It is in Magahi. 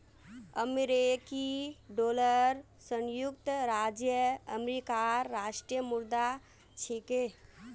अमेरिकी डॉलर संयुक्त राज्य अमेरिकार राष्ट्रीय मुद्रा छिके